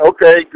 Okay